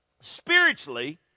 Spiritually